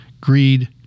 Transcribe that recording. greed